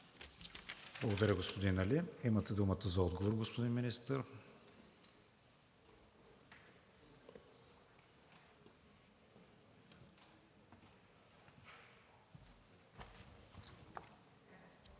Благодаря, господин Али. Имате думата за отговор, господин Министър.